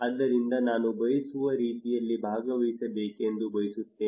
ಆದ್ದರಿಂದ ನಾನು ಬಯಸುವ ರೀತಿಯಲ್ಲಿ ಭಾಗವಹಿಸಬೇಕೆಂದು ಬಯಸುತ್ತೇನೆ